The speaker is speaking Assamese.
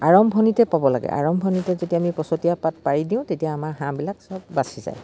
আৰম্ভণিতে পাব লাগে আৰম্ভণিতে যেতিয়া আমি পচতীয়া পাত পাৰি দিওঁ তেতিয়া আমাৰ হাঁহবিলাক চব বাচি যায়